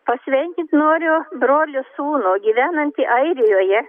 pasveikint noriu brolio sūnų gyvenantį airijoje